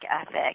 ethic